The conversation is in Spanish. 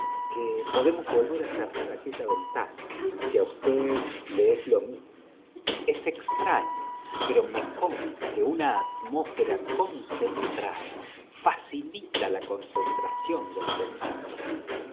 quo podemos volver á cerrar aquella ventana si á usted la es lo mismo es extraño pero me consta que una atmóslera concentrada facilita la concentración del pea